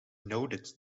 noted